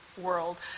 world